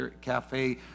cafe